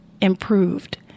improved